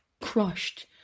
crushed